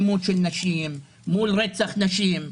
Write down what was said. מול רצח נשים.